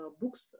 books